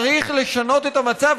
צריך לשנות את המצב,